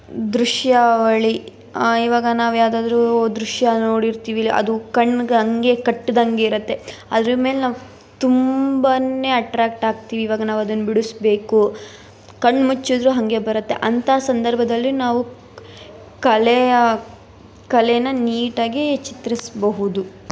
ದೃಶ್ಯಾವಳಿ ಇವಾಗ ನಾವು ಯಾವುದಾದ್ರೂ ದೃಶ್ಯ ನೋಡಿರ್ತೀವಿ ಇಲ್ಲ ಅದು ಕಣ್ಗೆ ಹಂಗೆ ಕಟ್ಟದಂಗೆ ಇರತ್ತೆ ಅದ್ರ ಮೇಲೆ ನಾವು ತುಂಬಾ ಅಟ್ಟ್ರಾಕ್ಟ್ ಆಗ್ತೀವಿ ಇವಾಗ ನಾವು ಅದನ್ನ ಬಿಡಿಸ್ಬೇಕು ಕಣ್ಣು ಮುಚ್ಚಿದ್ರೂ ಹಾಗೆ ಬರುತ್ತೆ ಅಂಥ ಸಂದರ್ಭದಲ್ಲಿ ನಾವು ಕಲೆಯ ಕಲೆನ ನೀಟಾಗಿ ಚಿತ್ರಿಸಬಹುದು